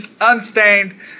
unstained